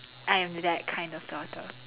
I am that kind of daughter